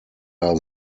are